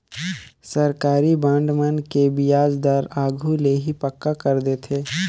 सरकारी बांड मन के बियाज दर आघु ले ही पक्का कर देथे